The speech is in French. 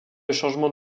chargement